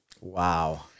Wow